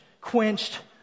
quenched